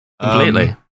Completely